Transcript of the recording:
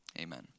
Amen